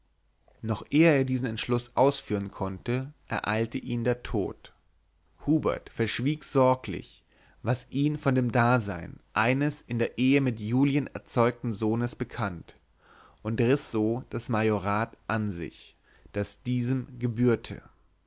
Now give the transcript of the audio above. noch ehe er diesen entschluß ausführen konnte ereilte ihn der tod hubert verschwieg sorglich was ihm von dem dasein eines in der ehe mit julien erzeugten sohnes bekannt und riß so das majorat an sich das diesem gebührte